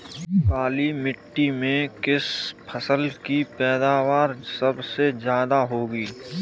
काली मिट्टी में किस फसल की पैदावार सबसे ज्यादा होगी?